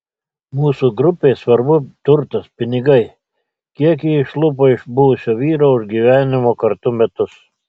mūsų grupei svarbu turtas pinigai kiek ji išlupo iš buvusio vyro už gyvenimo kartu metus